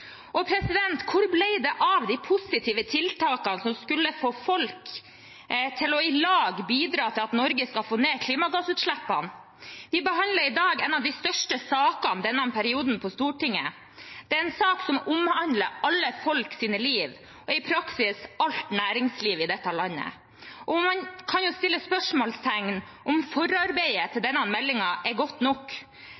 Hvor ble det av de positive tiltakene som skulle få folk til å bidra i lag til at Norge skal få ned klimagassutslippene? Vi behandler i dag en av de største sakene i denne perioden på Stortinget. Det er en sak som omhandler alle menneskers liv og i praksis alt næringsliv i dette landet. Man kan sette spørsmålstegn ved om forarbeidet til